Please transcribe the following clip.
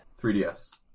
3DS